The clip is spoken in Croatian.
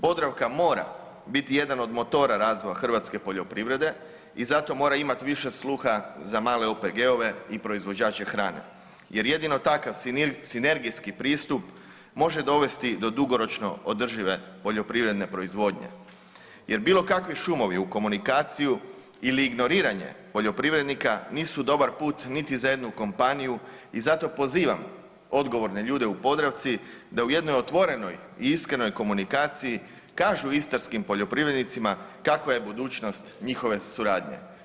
Podravka mora biti jedan od motora razvoja hrvatske poljoprivrede i zato mora imat više sluha za male OPG-ove i proizvođače hrane jer jedino takav sinergijski pristup može dovesti do dugoročno održive poljoprivredne proizvodnje jer bilo kakvi šumovi u komunikaciji ili ignoriranje poljoprivrednika nisu dobar put niti za jednu kompaniju i zato pozivam odgovorne ljude u Podravci da u jednoj otvorenoj i iskrenoj komunikaciji kažu istarskim poljoprivrednicima kakva je budućnost njihove suradnje.